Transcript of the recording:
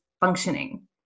functioning